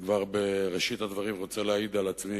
כבר בראשית הדברים אני רוצה להעיד על עצמי